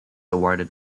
awarded